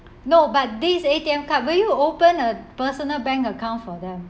no but this A_T_M card will you open a personal bank account for them